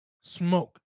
smoke